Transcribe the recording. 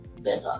better